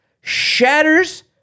Shatters